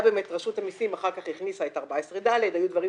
רשות המיסים אחר כך הכניסה את 14/ד. היו דברים